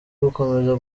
gukomeza